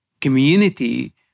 community